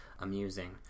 amusing